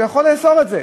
הוא יכול לאסור את זה.